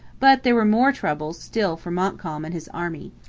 but there were more troubles still for montcalm and his army.